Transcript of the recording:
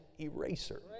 eraser